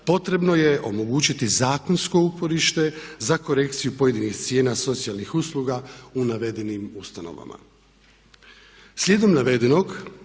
potrebno je omogućiti zakonsko uporište za korekciju pojedinih cijena socijalnih usluga u navedenim ustanovama. Slijedom navedenog